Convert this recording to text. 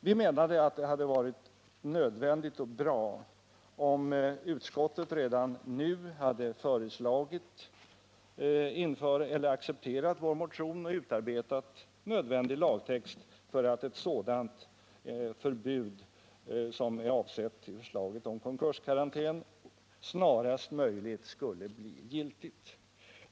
Vi anser att utskottet borde ha accepterat vår motion redan nu och utarbetat erforderlig lagtext för att ett sådant förbud som är avsett i förslaget om konkurskarantän snarast möjligt skulle bli giltigt.